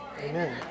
Amen